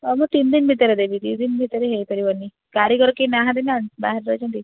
ହଉ ମୁଁ ତିନି ଦିନ ଭିତରେ ଦେବି ଦୁଇ ଦିନ ଭିତରେ ହେଇପାରିବନି କାରିଗର କେହିନାହାନ୍ତି ନା ବାହାର ରହିଛନ୍ତି